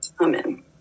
Amen